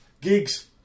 gigs